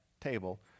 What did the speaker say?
table